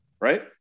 right